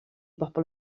bobl